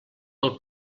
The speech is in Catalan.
del